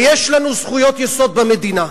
ויש לנו זכויות יסוד במדינה.